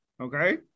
Okay